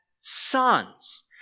sons